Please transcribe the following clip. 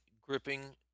gripping